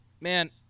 man